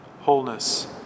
wholeness